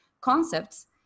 concepts